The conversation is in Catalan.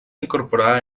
incorporar